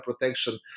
protection